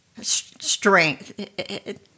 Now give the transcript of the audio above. strength